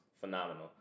phenomenal